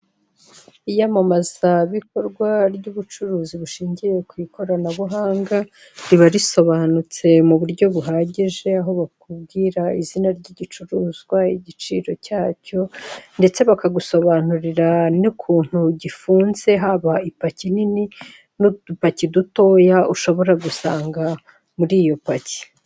Iyamamaza bikorwa ry'ubucuruzi bushingiye ku ikoranabuhanga, riba risobanutse mu buryo buhagije, aho bakubwira izina ry'igicuruzwa igiciro cyacyo, ndetse bakagusobanurira n'ukuntu gifunze, haba ipaki nini n'udupaki dutoya ushobora gusanga muri iyo paki.